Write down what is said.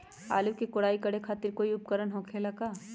आलू के कोराई करे खातिर कोई उपकरण हो खेला का?